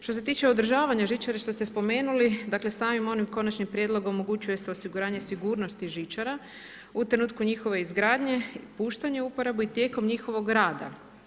Što se tiče odražavanja žičare, što ste spomenuli, dakle samim ovim konačnim prijedlogom omogućuje se osiguranje sigurnosti žičara u trenutku njihove izgradnje, puštanje u uporabu i tijekom njihovog rada.